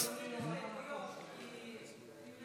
כל